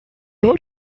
hat